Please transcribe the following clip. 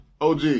OG